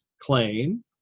claim